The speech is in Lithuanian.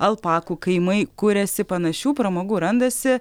alpakų kaimai kuriasi panašių pramogų randasi